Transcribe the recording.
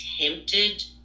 tempted